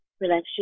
relax